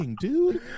dude